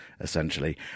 essentially